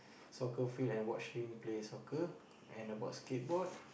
soccer field and watch him play soccer and basketball